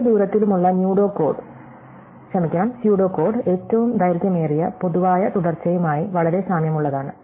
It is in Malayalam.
ഓരോ ദൂരത്തിലുമുള്ള സ്യുഡോ കോഡ് ഏറ്റവും ദൈർഘ്യമേറിയ പൊതുവായ തുടർച്ചയുമായി വളരെ സാമ്യമുള്ളതാണ്